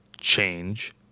change